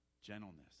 gentleness